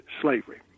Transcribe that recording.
slavery